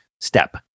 step